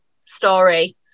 story